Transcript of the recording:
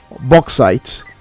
bauxite